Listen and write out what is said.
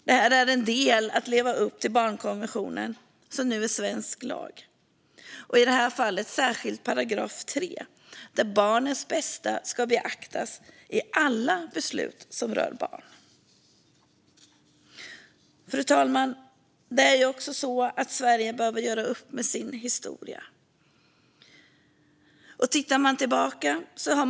Det här är en del i att leva upp till barnkonventionen, som nu är svensk lag, i det här fallet särskilt § 3 där det står att barnets bästa ska beaktas i alla beslut som rör barn. Fru talman! Sverige behöver också göra upp med sin historia.